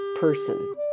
person